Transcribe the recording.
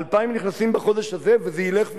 2,000 נכנסים בחודש הזה, וזה ילך ויגדל.